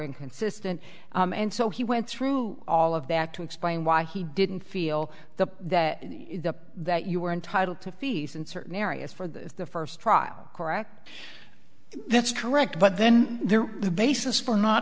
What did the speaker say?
inconsistent and so he went through all of that to explain why he didn't feel the that that you were entitled to feast in certain areas for the first trial correct that's correct but then there the basis for not